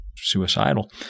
suicidal